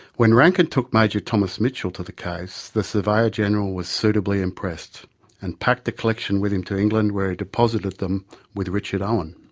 when ranken took major thomas mitchell to the caves, the surveyor general was suitably impressed and packed a collection with him to england where he deposited them with richard owen.